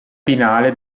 finale